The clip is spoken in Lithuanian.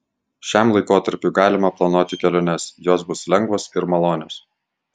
šiam laikotarpiui galima planuoti keliones jos bus lengvos ir malonios